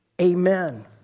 Amen